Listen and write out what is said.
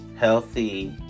healthy